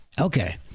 okay